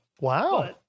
Wow